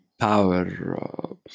Power